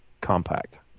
compact